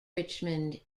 richmond